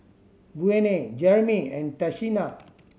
Buena Jerimy and Tashina